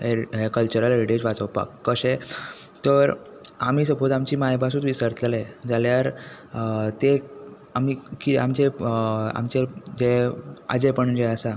cultural heritage वाचोवपाक कशें तर आमी सपोज आमची मांयभासूच विसरतले जाल्यार ते आमी आमचे आमचे जे आजे पणजे आसा